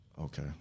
Okay